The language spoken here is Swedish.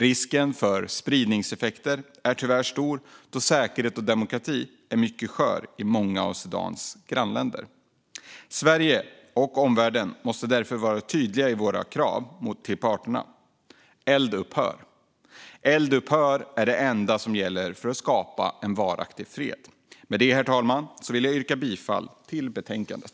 Risken för spridningseffekter är tyvärr stor då säkerheten och demokratin är mycket sköra i många av Sudans grannländer. Sverige och omvärlden måste därför vara tydliga i våra krav på parterna. Ett eldupphör är det enda som gäller för att skapa en varaktig fred. Med det, herr talman, vill jag yrka bifall till förslagen i betänkandet.